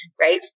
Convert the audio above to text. right